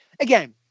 again